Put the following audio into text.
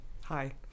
Hi